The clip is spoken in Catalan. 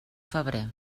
febrer